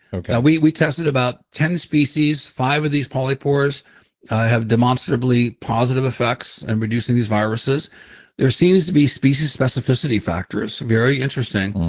yeah we we tested about ten species, five of these polypores have demonstrably positive effects in reducing these viruses there seems to be species specificity factors. very interesting.